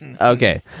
Okay